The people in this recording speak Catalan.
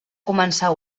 començar